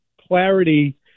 clarity